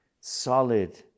solid